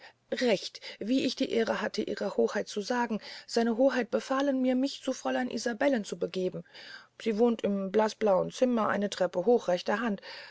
recht wie ich die ehre hatte ihrer hoheit zu sagen seine hoheit befahlen mir mich zu fräulein isabellen zu begeben sie wohnt im blaßblauen zimmer eine treppe hoch rechter hand